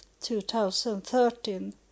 2013